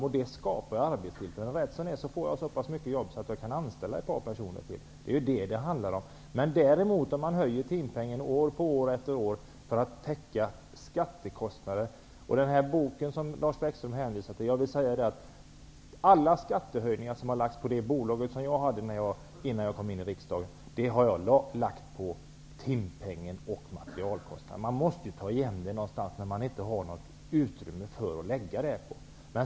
Härigenom skapas arbetstillfällen. Rätt som det är har jag så pass mycket jobb att jag kan anställa ett par personer till. Om timpengen höjs år efter år för att täcka skattekostnader förhåller det sig annorlunda. Lars Bäckström hänvisar här till en bok. Men alla skattehöjningar som gällde för det bolag som jag hade innan jag kom in i riksdagen har jag kompenserat mig för genom att höja timpengen och materialkostnaden. Någonstans måste ju pengarna tas igen när det inte finns något utrymme för andra åtgärder.